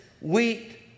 wheat